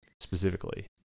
specifically